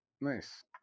nice